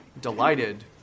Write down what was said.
delighted